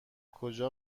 کجا